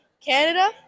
Canada